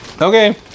Okay